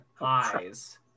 eyes